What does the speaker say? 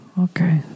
Okay